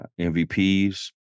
MVPs